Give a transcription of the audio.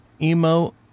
Emo